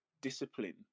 discipline